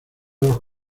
los